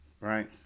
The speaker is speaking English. right